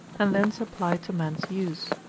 and thence applied to man's use.